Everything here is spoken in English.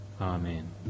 Amen